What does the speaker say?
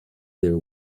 their